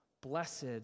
Blessed